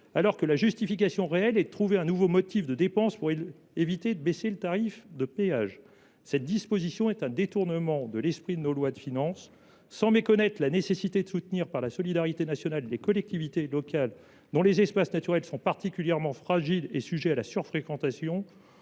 alors que la justification réelle est de trouver un nouveau motif de dépenses pour éviter de réduire le tarif de péage. Cette disposition constitue un détournement de l’esprit de nos lois de finances. Sans méconnaître la nécessité de soutenir par la solidarité nationale les collectivités locales, dont les espaces naturels sont particulièrement fragiles et sujets à la surfréquentation,